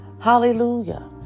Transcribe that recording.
Hallelujah